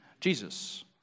Jesus